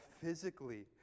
physically